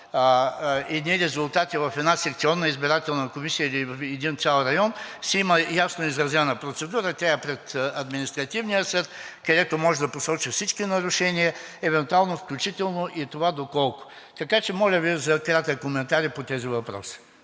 едни резултати в една секционна избирателна комисия или в един цял район си има ясно изразена процедура, тя е пред Административния съд, където може да посочи всички нарушения евентуално, включително и това, доколко… Така че, моля Ви за кратък коментар и по тези въпроси.